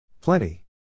Plenty